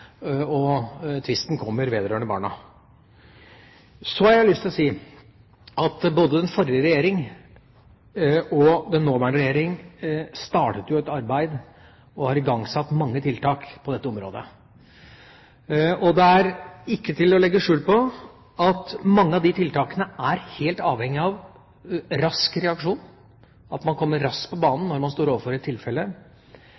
og tvisten kommer vedrørende barna. Så har jeg lyst til å si at både den forrige og den nåværende regjering startet et arbeid og har igangsatt mange tiltak på dette området. Det er ikke til å legge skjul på at mange av de tiltakene er helt avhengige av rask reaksjon, at man kommer raskt på banen